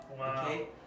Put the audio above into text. Okay